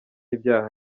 ibyaha